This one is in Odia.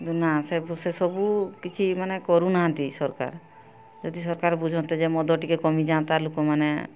ନା ସେ ସେ ସବୁ କିଛି ମାନେ କରୁନାହାନ୍ତି ସରକାର ଯଦି ସରକାର ବୁଝନ୍ତେ ଯେ ମଦ ଟିକେ କମିଯାଆନ୍ତା ଲୋକମାନେ